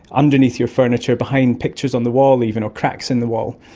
underneath your furniture, behind pictures on the wall even or cracks in the wall.